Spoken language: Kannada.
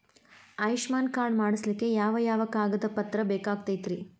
ಆಯುಷ್ಮಾನ್ ಕಾರ್ಡ್ ಮಾಡ್ಸ್ಲಿಕ್ಕೆ ಯಾವ ಯಾವ ಕಾಗದ ಪತ್ರ ಬೇಕಾಗತೈತ್ರಿ?